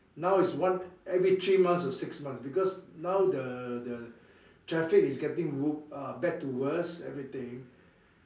now is one every three months or six months because now the the traffic is getting wo~ uh bad to worse everything